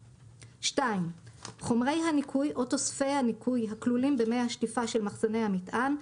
(2) חומרי הניקוי או תוספי הניקוי הכלולים במי שטיפה של מחסני המטען,